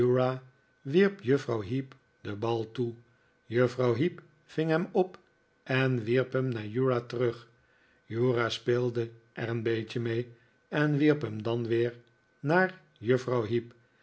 juffrouw heep den bal toe juffrouw heep ving hem op en wierp hem naar uriah terug uriah speelde er een beetje mee en wierp hem dan weer naar juffrouw heep